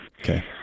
Okay